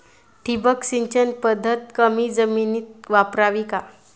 ठिबक सिंचन पद्धत कमी जमिनीत वापरावी का?